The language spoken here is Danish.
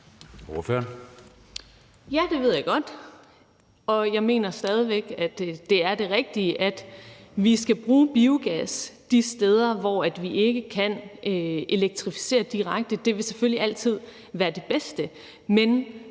Ja, det ved jeg godt, og jeg mener stadig væk, at det er det rigtige, at vi skal bruge biogas de steder, hvor vi ikke kan elektrificere direkte. Det vil selvfølgelig altid være det bedste,